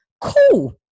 cool